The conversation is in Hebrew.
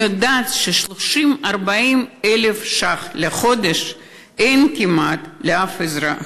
אני יודעת ש-30,000 40,000 ש"ח לחודש אין כמעט לאף אזרח.